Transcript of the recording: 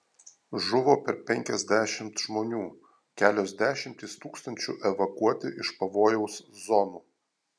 žuvo per penkiasdešimt žmonių kelios dešimtys tūkstančių evakuoti iš pavojaus zonų